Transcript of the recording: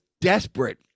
desperate